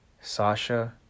Sasha